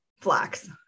flax